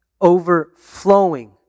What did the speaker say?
overflowing